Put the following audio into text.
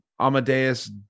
Amadeus